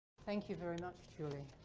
thank you very much julie.